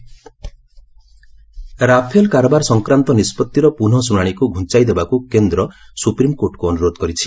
SC Rafale Rafale କାରବାର ସଂକ୍ରାନ୍ତ ନିଷ୍ପଭିର ପୁନଃ ଶୁଣାଣିକୁ ଘୁଞ୍ଚାଇ ଦେବାକୁ କେନ୍ଦ୍ର ସୁପ୍ରିମ୍କୋର୍ଟକୁ ଅନୁରୋଧ କରିଛି